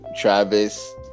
Travis